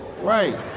Right